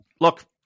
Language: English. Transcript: Look